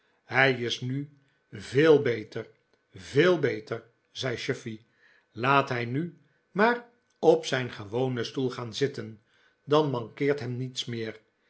hij is nu veel beter veel beter zei chuffey laat hij nu maar op zijn gewonen stoel gaan zitten dan mankeert hem niets meer